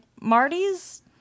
Marty's